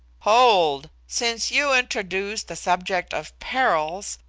hold! since you introduce the subject of perils,